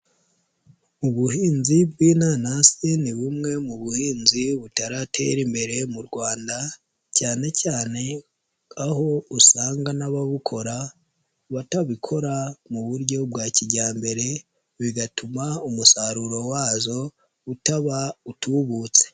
Ubuhinzi bw'inanasi ni bumwe mu buhinzi butaratera imbere mu Rwanda, cyane cyane aho usanga n'ababukora, batabikora mu buryo bwa kijyambere, bigatuma umusaruro wazo, utaba utubutse.